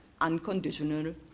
unconditional